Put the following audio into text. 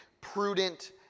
prudent